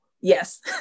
yes